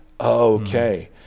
okay